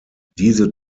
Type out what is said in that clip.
diese